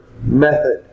method